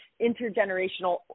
intergenerational